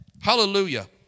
Hallelujah